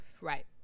Right